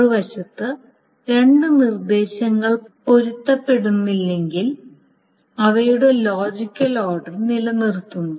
മറുവശത്ത് രണ്ട് നിർദ്ദേശങ്ങൾ പൊരുത്തപ്പെടുന്നില്ലെങ്കിൽ അവയുടെ ലോജിക്കൽ ഓർഡർ നിലനിർത്തുന്നു